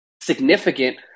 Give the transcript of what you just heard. significant